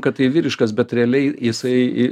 kad tai vyriškas bet realiai jisai